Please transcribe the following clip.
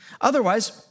Otherwise